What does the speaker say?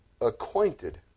acquainted